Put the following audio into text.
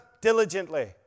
Diligently